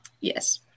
yes